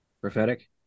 Prophetic